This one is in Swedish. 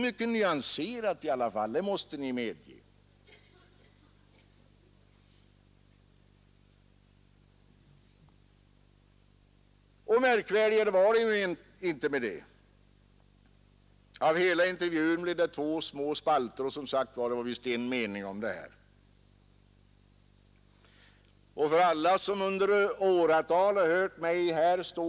Då görs det gällande, att man har glömt bort låginkomsttagarna. Har man gjort det? Att hjälpa dem som har verkligt låga inkomster genom att sänka skatten är inte mycket värt. Det blir i pengar ganska ringa belopp.